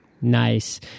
Nice